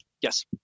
Yes